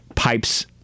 pipes